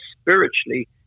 spiritually